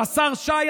השר שי,